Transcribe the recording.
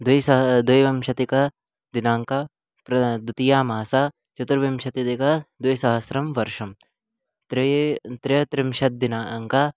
द्विसहसहस्रं द्वाविंशत्यधिकदिनाङ्कः प्रथमः द्वितीयामासः चतुर्विंशत्यधिकद्विसहस्रं वर्षः त्रीणि त्रयस्त्रिंशत् दिनाङ्कः